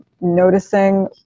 noticing